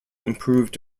improved